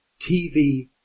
TV